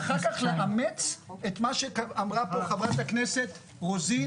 ואחר כך לאמץ את מה שאמרה חברת הכנסת רוזין,